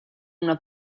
una